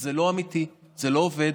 זה לא אמיתי, זה לא עובד.